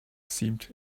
seemed